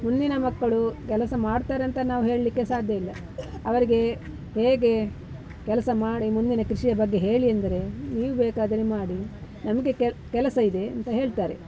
ಮುಂದಿನ ಮಕ್ಕಳು ಕೆಲಸ ಮಾಡ್ತಾರಂತ ನಾವು ಹೇಳಲಿಕ್ಕೆ ಸಾಧ್ಯ ಇಲ್ಲ ಅವರಿಗೆ ಹೇಗೆ ಕೆಲಸ ಮಾಡಿ ಮುಂದಿನ ಕೃಷಿಯ ಬಗ್ಗೆ ಹೇಳಿ ಅಂದರೆ ನೀವು ಬೇಕಾದರೆ ಮಾಡಿ ನಮಗೆ ಕೆಲ ಕೆಲಸ ಇದೆ ಅಂತ ಹೇಳ್ತಾರೆ